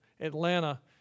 Atlanta